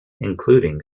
including